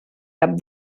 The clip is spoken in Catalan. cap